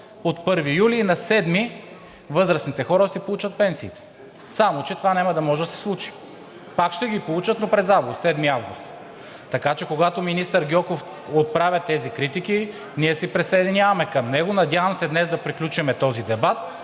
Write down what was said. от 1 юли и на 7 и възрастните хора да си получат пенсиите, само че това няма да може да се случи. Пак ще ги получат, но през месец август – на 7 август, така че, когато министър Гьоков отправя тези критики, ние се присъединяваме към него. Надявам се днес да приключим този дебат